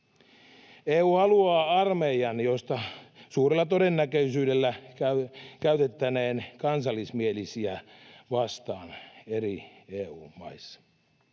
EU haluaa armeijan, jota suurella todennäköisyydellä käytettäneen kansallismielisiä vastaan eri EU-maissa.